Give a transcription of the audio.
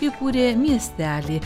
įkūrė miestelį